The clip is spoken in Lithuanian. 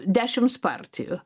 dešims partijų